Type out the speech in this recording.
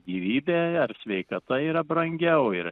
gyvybė ar sveikata yra brangiau ir